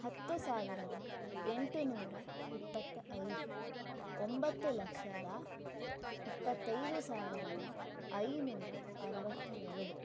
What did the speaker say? ಹತ್ತು ಸಾವಿರದ ಎಂಟು ನೂರ ಇಪ್ಪತ್ತ ಐದು ಒಂಬತ್ತು ಲಕ್ಷದ ಇಪ್ಪತ್ತೈದು ಸಾವಿರದ ಐನೂರ ಅರುವತ್ತ ಎರಡು